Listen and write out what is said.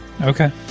okay